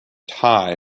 tie